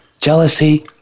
jealousy